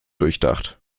durchdacht